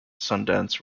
sundance